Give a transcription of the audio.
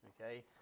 okay